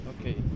Okay